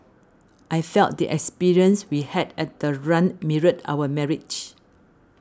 I felt the experience we had at the run mirrored our marriage